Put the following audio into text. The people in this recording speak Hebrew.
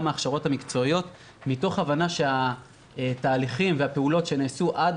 ההכשרות המקצועיות מתוך הבנה שהתהליכים והפעולות שנעשו עד